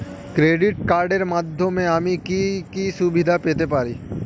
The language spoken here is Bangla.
ক্রেডিট কার্ডের মাধ্যমে আমি কি কি সুবিধা পেতে পারি?